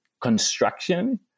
construction